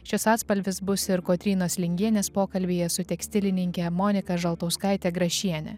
šis atspalvis bus ir kotrynos lingienės pokalbyje su tekstilininke monika žaltauskaite grašiene